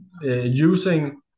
using